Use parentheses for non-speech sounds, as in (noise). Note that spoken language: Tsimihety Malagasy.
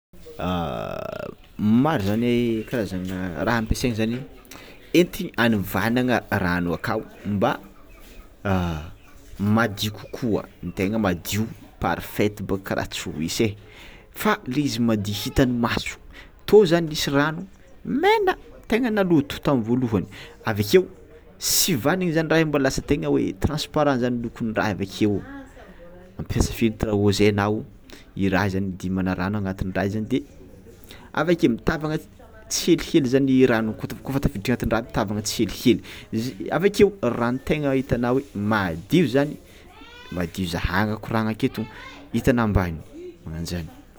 Maro zany karazana raha ampiasainy zany anty hanivana rano akao mba (hesitation) madio kokoa ny tegna madio parfaite bôka raha tsy hoisy e fa le izy madio hitan'ny maso tô zany nisy rano mena tegna naloto tamin'ny voalohany avekeo sivanigny zany raha io mbola tsy tegna hoe transparent zany lokon'ny raha io avakeo, mampiasa filtre à eau zey anao i raha io zany idinagna rano agnatin'ny raha zany de avakeo mitavagna tsihelihely zany ny rano kod- kôfa tafiditra agnatin'ny mitavagna tsihelihely izy avakeo rano tegna hitanao madio madio zahagna koragnako eto hitanao ambany magnanjany.